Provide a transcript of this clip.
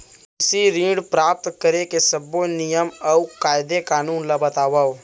कृषि ऋण प्राप्त करेके सब्बो नियम अऊ कायदे कानून ला बतावव?